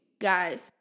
guys